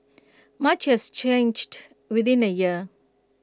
much has changed within A year